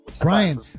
Brian